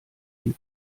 die